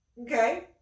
Okay